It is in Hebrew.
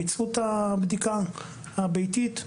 ביצעו את הבדיקה הביתית.